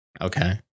Okay